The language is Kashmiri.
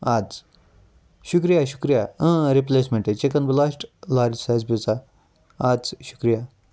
اَدسا شُکریہ شُکریہ اۭں replacement chicken blast large size pizza اَدسا شُکریہ